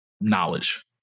knowledge